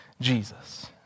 Jesus